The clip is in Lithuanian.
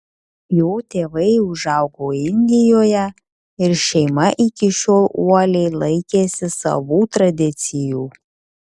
jo tėvai užaugo indijoje ir šeima iki šiol uoliai laikėsi savų tradicijų